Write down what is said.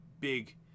big